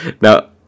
Now